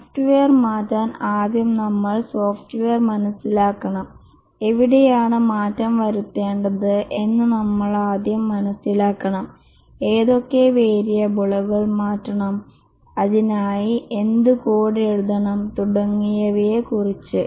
software മാറ്റാൻ ആദ്യം നമ്മൾ സോഫ്റ്റ്വെയർ മനസിലാക്കണംഎവിടെയാണ് മാറ്റം വരുത്തേണ്ടത് എന്ന് നമ്മൾ ആദ്യം മനസ്സിലാക്കണം ഏതൊക്കെ വേരിയബിളുകൾ മാറ്റണം അതിനായി എന്ത് കോഡ് എഴുതണം തുടങ്ങിയവയെക്കുറിച്ച്